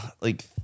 like-